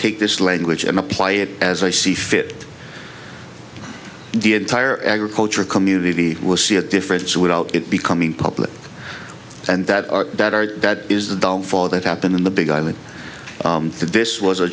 take this language and apply it as i see fit i did tire agriculture community will see a difference without it becoming public and that are that are that is the dull fall that happened in the big island this was a